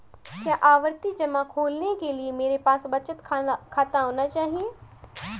क्या आवर्ती जमा खोलने के लिए मेरे पास बचत खाता होना चाहिए?